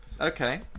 Okay